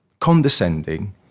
condescending